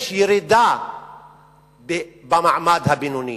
יש ירידה במעמד הבינוני,